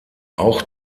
auch